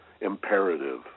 imperative